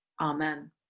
Amen